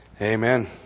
Amen